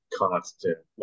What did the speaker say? constant